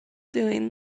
doing